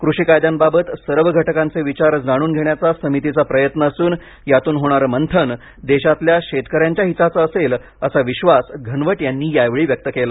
कृषी कायद्यांबाबत सर्व घटकांचे विचार जाणून घेण्याचा समितीचा प्रयत्न असून यातून होणारं मंथन देशातल्या शेतकऱ्यांच्या हिताचं असेल असा विश्वास घनवट यांनी यावेळी व्यक्त केला